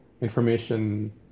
information